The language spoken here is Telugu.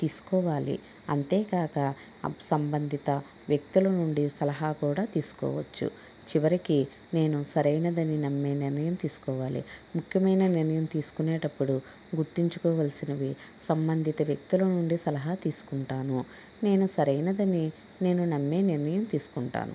తీసుకోవాలి అంతేకాక సంబంధిత వ్యక్తుల నుండి సలహా కూడా తీసుకోవచ్చు చివరికి నేను సరైనదని నమ్మి నిర్ణయం తీసుకోవాలి ముఖ్యమైన నిర్ణయం తీసుకునేటప్పుడు గుర్తుంచుకోవలసినవి సంబంధిత వ్యక్తుల నుండి సలహా తీసుకుంటాను నేను సరైనదని నేను నమ్మే నిర్ణయం తీసుకుంటాను